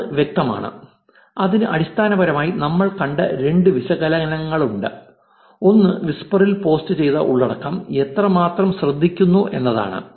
അത് വ്യക്തമാണ് അതിന് അടിസ്ഥാനപരമായി നമ്മൾ കണ്ട രണ്ട് വിശകലനങ്ങളുണ്ട് ഒന്ന് വിസ്പറിൽ പോസ്റ്റ് ചെയ്ത ഉള്ളടക്കം എത്രമാത്രം ശ്രദ്ധിക്കുന്നു എന്നതാണ്